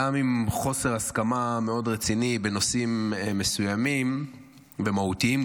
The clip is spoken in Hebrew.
גם עם חוסר הסכמה מאוד רציני בנושאים מסוימים וגם מהותיים,